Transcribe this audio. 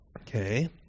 Okay